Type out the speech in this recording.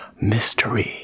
Mystery